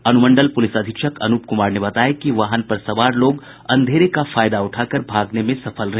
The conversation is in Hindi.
अनुमंडल पुलिस अधीक्षक अनुप कुमार ने बताया कि वाहन पर सवार लोग अंधेरे का फायदा उठाकर भागने में सफल रहे